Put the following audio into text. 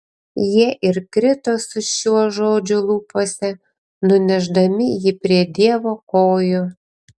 jie ir krito su šiuo žodžiu lūpose nunešdami jį prie dievo kojų